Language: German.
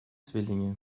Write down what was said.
zwillinge